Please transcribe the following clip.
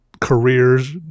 careers